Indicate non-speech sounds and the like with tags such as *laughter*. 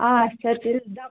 آچھا تیٚلہِ *unintelligible*